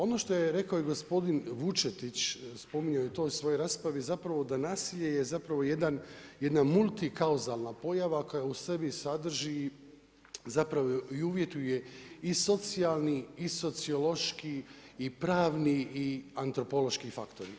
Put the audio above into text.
Ono što je rekao i gospodin Vučetić, spominjao je to u svojoj raspravi zapravo da nasilje je zapravo jedna multikauzalna pojava koja u sebi sadrži zapravo i uvjetuje i socijalni i sociološki i pravni i antropološki faktor.